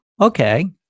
okay